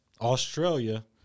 Australia